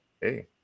hey